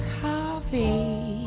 coffee